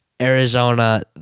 Arizona